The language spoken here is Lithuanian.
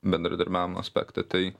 bendradarbiavimo aspektai tai